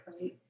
Right